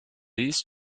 east